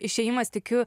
išėjimas tikiu